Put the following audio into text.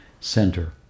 center